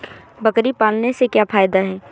बकरी पालने से क्या फायदा है?